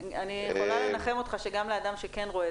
אני מיוצג פה היטב על ידי שירלי.